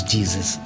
Jesus